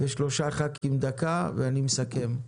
שלושה חברי כנסת דקה, ואני מסכם.